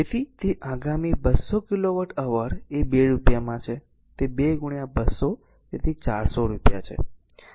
તેથી તે આગામી 200 કિલોવોટ અવર એ 2 રૂપિયામાં છે તે 2 200 તેથી 400 રૂપિયા છે